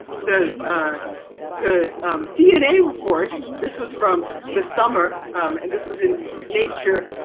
the the dna report, this was from the summer and this was in nature,